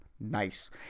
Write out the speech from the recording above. Nice